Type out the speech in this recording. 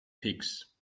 picks